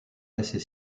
laisser